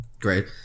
Great